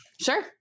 sure